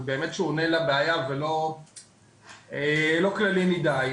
ובאמת שהוא עונה לבעיה ולא כללי מדיי.